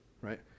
right